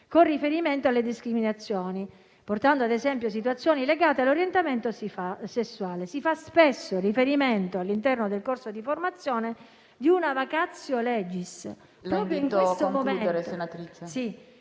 con riferimento alle discriminazioni, portando ad esempio situazioni legate all'orientamento sessuale. Si fa spesso riferimento - all'interno del corso di formazione - a una *vacatio legis*.